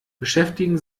beschäftigen